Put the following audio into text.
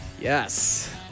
Yes